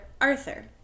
Arthur